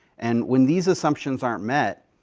and when these assumptions aren't met,